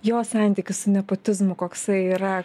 jo santykis su nepotizmu koksai yra